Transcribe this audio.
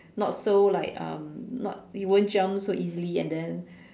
not so like um not it won't jump so easily and then